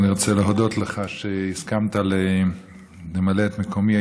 אני רוצה להודות לך על שהסכמת למלא את מקומי.